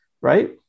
right